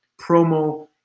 promo